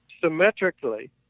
symmetrically